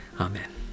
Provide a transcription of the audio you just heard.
Amen